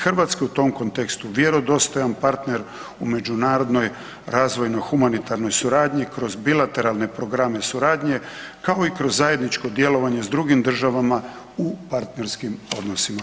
Hrvatska je u tom kontekstu vjerodostojan partner, u međunarodnoj razvojnoj humanitarnoj suradnji kroz bilateralne programe suradnje kao i kroz zajedničko djelovanje s drugim državama u partnerskim odnosima.